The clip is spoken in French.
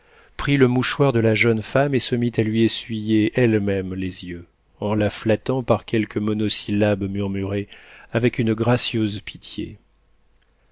prit le mouchoir de la jeune femme et se mit à lui essuyer elle-même les yeux en la flattant par quelques monosyllabes murmurés avec une gracieuse pitié